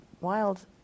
wild